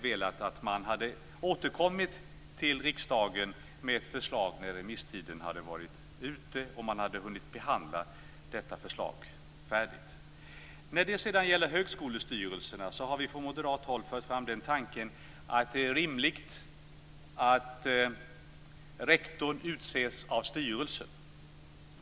Man borde ha återkommit till riksdagen med ett förslag efter att remisstiden gått ut och man hunnit färdigbehandla förslaget. I frågan om högskolestyrelserna har moderaterna fört fram tanken att det är rimligt att rektor utses av styrelsen.